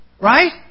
Right